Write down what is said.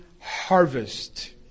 harvest